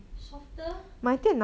softer